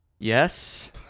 Yes